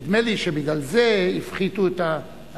נדמה לי שבגלל זה הפחיתו את הסכום,